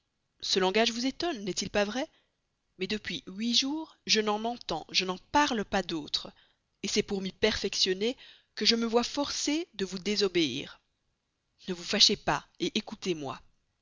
ce langage vous étonne n'est-il pas vrai mais depuis huit jours je n'en entends je n'en parle pas d'autre c'est pour m'y perfectionner que je me vois forcé de vous désobéir ne vous fâchez pas écoutez-moi